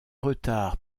retard